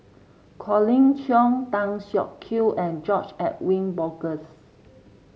Colin Cheong Tan Siak Kew and George Edwin Bogaars